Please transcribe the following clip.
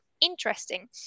interesting